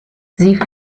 sie